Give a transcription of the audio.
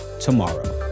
tomorrow